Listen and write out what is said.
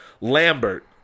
Lambert